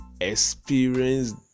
experienced